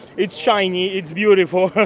it's shiny. it's beautiful.